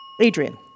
Adrian